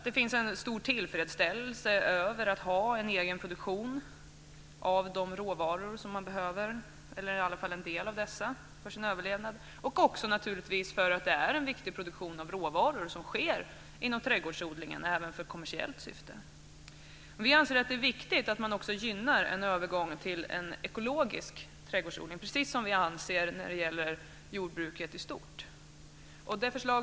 Det finns en stor tillfredsställelse över att ha en egen produktion av de råvaror som man behöver för sin överlevnad, i alla fall en del av dessa, och naturligtvis också för att det är en viktig produktion av råvaror som sker inom trädgårdsodlingen även för kommersiellt syfte. Vi anser att det är viktigt att man gynnar en övergång till en ekologisk trädgårdsodling, precis som vi anser när det gäller jordbruket i stort.